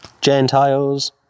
Gentiles